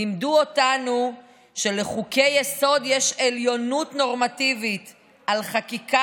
לימדו אותנו שלחוקי-יסוד יש עליונות נורמטיבית על חקיקה